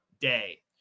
day